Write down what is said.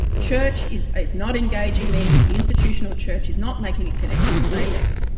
church is is not engaging me, the institutional church is not making a connection they left.